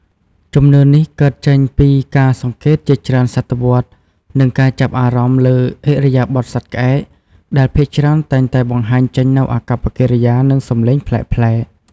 ជំនឿនេះកើតចេញពីការសង្កេតជាច្រើនសតវត្ស និងការចាប់អារម្មណ៍លើឥរិយាបថសត្វក្អែក ដែលភាគច្រើនតែងតែបង្ហាញចេញនូវអាកប្បកិរិយា និងសំឡេងប្លែកៗ។